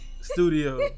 studio